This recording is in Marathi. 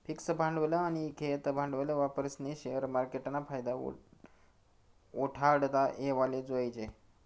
फिक्स भांडवल आनी खेयतं भांडवल वापरीस्नी शेअर मार्केटना फायदा उठाडता येवाले जोयजे